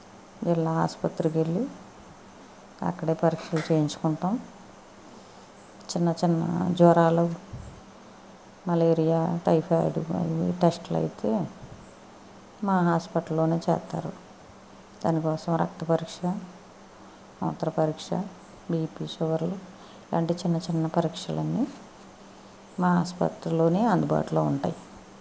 జిల్లా ఆసుపత్రికి వెళ్ళి అక్కడే పరీక్షలు చేయించుకుంటాం చిన్న చిన్న జ్వరాలు మలేరియా టైఫాయిడ్ మరియు టెస్ట్లు అయితే మా హాస్పిటల్లో చేస్తారు దాని కోసం రక్తపరీక్ష మూత్ర పరీక్ష బీపీ షుగర్లు ఇలాంటి చిన్న చిన్న పరీక్షలు అన్నీ మా ఆస్పత్రిలో అందుబాటులో ఉంటాయి